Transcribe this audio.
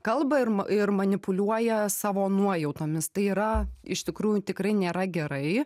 kalba ir ir manipuliuoja savo nuojautomis tai yra iš tikrųjų tikrai nėra gerai